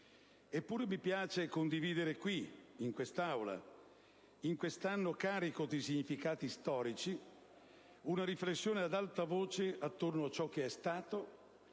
Eppure mi piace condividere qui, in quest'Aula, in quest'anno carico di significati storici, una riflessione ad alta voce attorno a ciò che è stato,